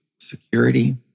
security